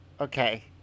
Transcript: okay